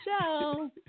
show